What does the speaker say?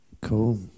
Cool